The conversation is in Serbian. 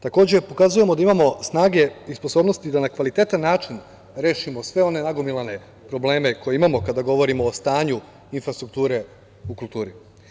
Takođe, pokazujemo da imamo snage i sposobnosti da na kvalitetan način rešimo sve one nagomilane probleme koje imamo kada govorimo o stanju infrastrukture u kulturi.